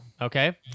Okay